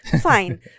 fine